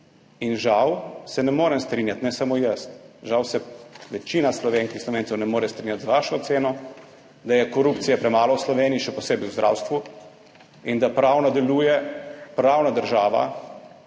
In žal se ne morem strinjati ne samo jaz, žal se večina Slovenk in Slovencev ne more strinjati z vašo oceno, da je korupcije premalo v Sloveniji, še posebej v zdravstvu, in da pravna država